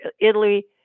Italy